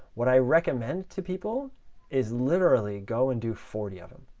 what i recommend to people is literally go and do forty of them.